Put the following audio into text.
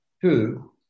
Two